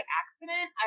accident